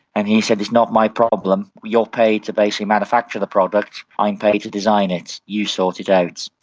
and he said it's not my problem, you're paid to basically manufacture the product, i am paid to design it, you sort it out.